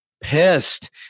pissed